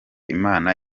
imana